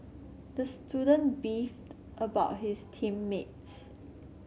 the student beefed about his team mates